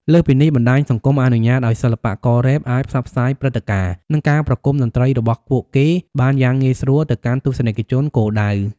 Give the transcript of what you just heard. លើសពីនេះ បណ្ដាញសង្គមអនុញ្ញាតឲ្យសិល្បកររ៉េបអាចផ្សព្វផ្សាយព្រឹត្តិការណ៍ និងការប្រគំតន្ត្រីរបស់ពួកគេបានយ៉ាងងាយស្រួលទៅកាន់ទស្សនិកជនគោលដៅ។